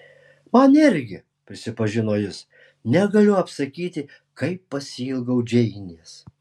man irgi prisipažino jis negaliu apsakyti kaip pasiilgau džeinės